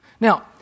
Now